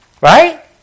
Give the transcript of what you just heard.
Right